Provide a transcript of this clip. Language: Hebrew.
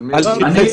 של מי?